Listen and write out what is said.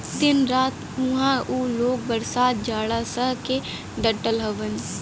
दिन रात उहां उ लोग बरसात जाड़ा सह के डटल हउवन